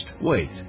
Wait